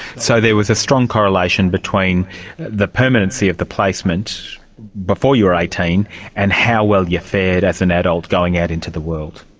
so there was a strong correlation between the permanency of the placement before you were eighteen and how well you fared as an adult going out into the world.